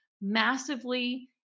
massively